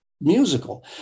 musical